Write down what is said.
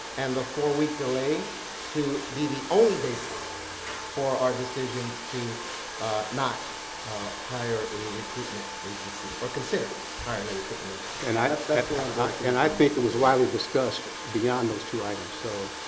and the four week delay to be the only basis for our decisions to not hire a recruitment agency, or consider hiring a recruitment agency. and i mean um and i think it was widely discussed beyond those two items. so